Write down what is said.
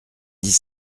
dix